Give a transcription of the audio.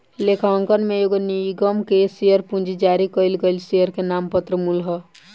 लेखांकन में एगो निगम के शेयर पूंजी जारी कईल गईल शेयर के नाममात्र मूल्य ह